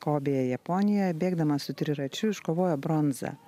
kobėje japonijoje bėgdamas su triračiu iškovojo bronzą